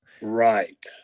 Right